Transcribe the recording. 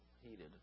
heated